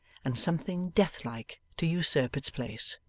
and something death-like to usurp its place.